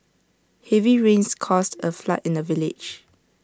heavy rains caused A flood in the village